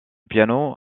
piano